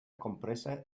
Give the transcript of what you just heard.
compresa